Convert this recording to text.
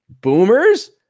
boomers